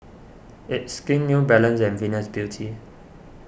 It's Skin New Balance and Venus Beauty